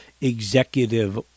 executive